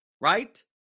right